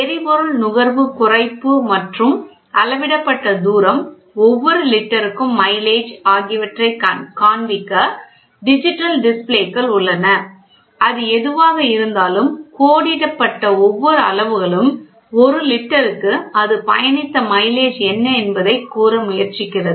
எரிபொருள் நுகர்வு குறைப்பு மற்றும் அளவிடப்பட்ட தூரம் ஒவ்வொரு லிட்டருக்கும் மைலேஜ் ஆகியவற்றை காண்பிக்க டிஜிட்டல் டிஸ்ப்ளேக்கள் உள்ளன அது எதுவாக இருந்தாலும் கோடிடப்பட்ட ஒவ்வொரு அளவுகளும் 1 லிட்டருக்கு அது பயணித்த மைலேஜ் என்ன என்பதைக் கூற முயற்சிக்கிறது